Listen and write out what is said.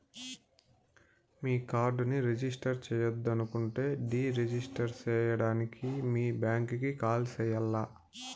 మీ కార్డుని రిజిస్టర్ చెయ్యొద్దనుకుంటే deregister సేయడానికి మీ బ్యాంకీకి కాల్ సెయ్యాల్ల